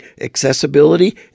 accessibility